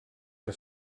que